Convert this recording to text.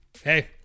hey